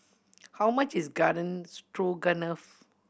how much is Garden Stroganoff